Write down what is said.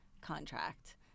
contract